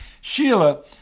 Sheila